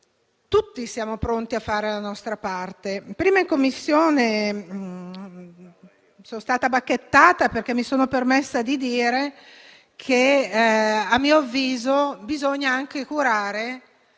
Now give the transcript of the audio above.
tutti siamo pronti a fare la nostra parte. In Commissione sono stata bacchettata, perché mi sono permessa di dire che, a mio avviso, bisogna anche curare